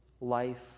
Life